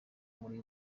muri